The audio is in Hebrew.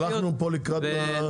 הלכנו פה לקראת החברות.